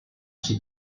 ser